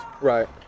Right